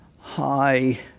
high